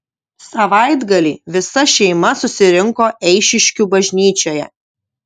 savaitgalį visa šeima susirinko eišiškių bažnyčioje